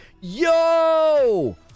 Yo